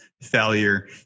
failure